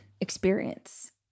experience